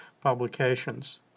publications